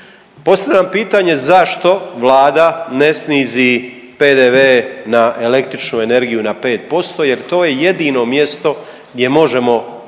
Postavljam pitanje zašto Vlada ne snizi PDV na električnu energiju na 5% jer to je jedino mjesto gdje možemo